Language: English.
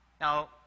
Now